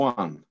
one